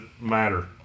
matter